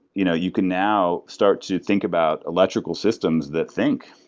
you know you can now start to think about electrical systems that think,